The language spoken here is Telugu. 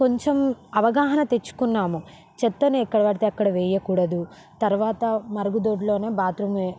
కొంచుం అవగాహన తెచ్చుకున్నాము చెత్తని ఎక్కడబడితే అక్కడ వేయకూడదు తరవాత మరుగుదొడ్లోనే బాత్రూమ్